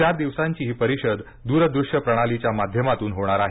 चार दिवसांची ही परिषद दूर दृश्य प्रणालीच्या माध्यमातून होणार आहे